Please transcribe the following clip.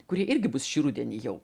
kuri irgi bus šį rudenį jau